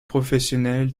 professionnelle